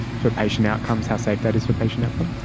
for patient outcomes, how safe that is for patient outcomes?